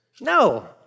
No